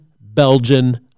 Belgian